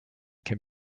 can